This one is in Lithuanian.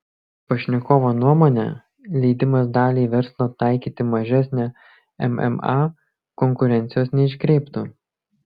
pašnekovo nuomone leidimas daliai verslo taikyti mažesnę mma konkurencijos neiškreiptų